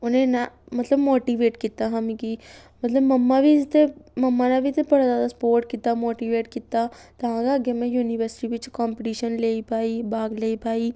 उ'नें इन्ना मतलब मोटीवेट कीता हा मिगी मतलब मम्मा बी ते मम्मा ने बी ते बड़ा जैदा सपोर्ट कीता मोटीवेट कीता तां गै अग्गें में यूनिवर्सिटी बिच्च कंपीटीशन लेई पाई भाग लेई पाई